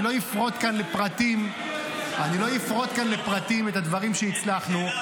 אני לא אפרוט כאן לפרטים את הדברים שהצלחנו.